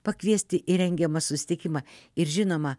pakviesti į rengiamą susitikimą ir žinoma